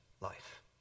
life